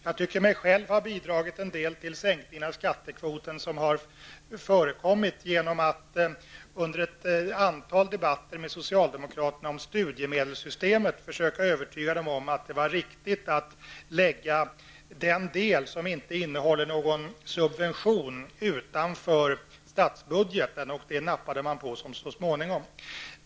Jag tycker mig själv ha bidragit till en del av den sänkning av skattekvoten som har förekommit genom att jag under ett antal debatter med socialdemokrater om studiemedelssystemet försökt övertyga dem om att det var riktigt att lägga den del som inte innehåller någon subvention utanför statsbudgeten, och så småningom nappade man på detta.